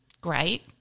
Great